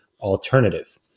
alternative